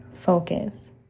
Focus